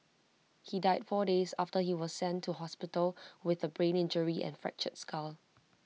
he died four days after he was sent to hospital with A brain injury and fractured skull